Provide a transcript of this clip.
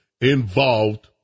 involved